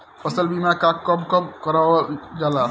फसल बीमा का कब कब करव जाला?